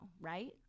right